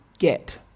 get